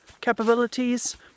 capabilities